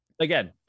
Again